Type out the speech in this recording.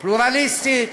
פלורליסטית,